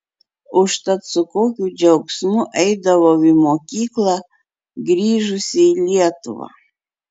užtat su kokiu džiaugsmu eidavau į mokyklą grįžusi į lietuvą